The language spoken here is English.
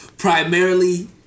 Primarily